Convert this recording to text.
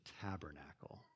tabernacle